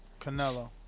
Canelo